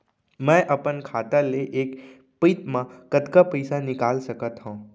मैं अपन खाता ले एक पइत मा कतका पइसा निकाल सकत हव?